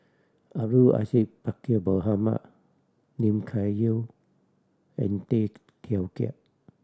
Abdul Aziz Pakkeer Mohamed Lim Kay Siu and Tay Teow Kiat